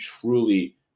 truly